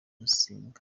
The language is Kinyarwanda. muzinga